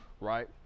right